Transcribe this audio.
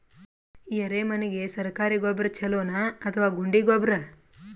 ಎರೆಮಣ್ ಗೆ ಸರ್ಕಾರಿ ಗೊಬ್ಬರ ಛೂಲೊ ನಾ ಅಥವಾ ಗುಂಡಿ ಗೊಬ್ಬರ?